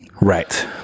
right